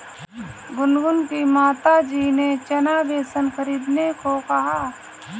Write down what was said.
गुनगुन की माताजी ने चना बेसन खरीदने को कहा